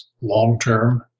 long-term